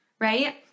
right